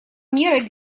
меры